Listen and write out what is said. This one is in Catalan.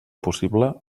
possible